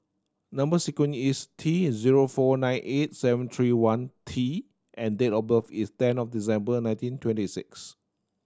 number sequence is T zero four nine eight seven three one T and date of birth is ten of December nineteen twenty six